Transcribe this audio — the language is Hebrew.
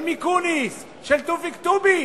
של מיקוניס, של תופיק טובי,